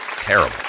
Terrible